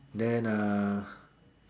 then uh